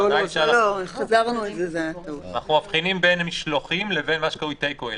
אנחנו מבחינים בין משלוחים לטייק-אווי.